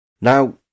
Now